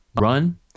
run